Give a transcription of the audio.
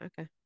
okay